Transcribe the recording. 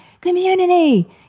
community